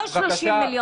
לא 30 מיליון.